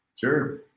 Sure